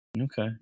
Okay